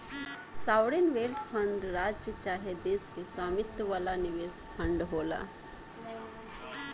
sovereign wealth fund राज्य चाहे देश के स्वामित्व वाला निवेश फंड होला